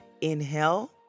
Inhale